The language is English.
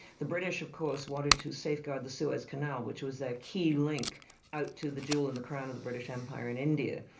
the british of course wanted to safeguard the suez canal which was their key link out to the jewel in the crown of the british empire in india.